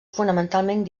fonamentalment